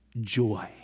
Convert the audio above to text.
joy